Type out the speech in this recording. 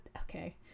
Okay